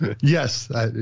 Yes